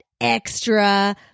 extra